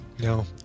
No